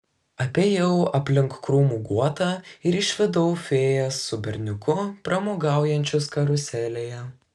apėjau aplink krūmų guotą ir išvydau fėją su berniuku pramogaujančius karuselėje